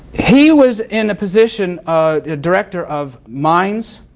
he was in a position, um director of minds,